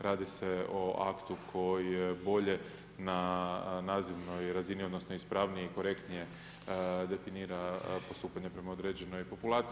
Radi se o aktu koji je bolje na nazivnoj razini odnosno ispravnije i korektnije definira postupanje prema određenoj populaciji.